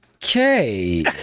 Okay